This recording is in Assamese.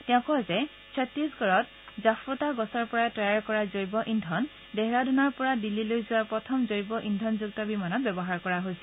তেওঁ কয় যে ছত্তিশগড়ত জাট্টোফা গছৰ পৰা তৈয়াৰ কৰা জৈৱ ইন্ধন ডেহৰাডুনৰ পৰা দিল্লীলৈ যোৱা প্ৰথম জৈৱ ইন্ধনযুক্ত বিমানত ব্যৱহাৰ কৰা হৈছিল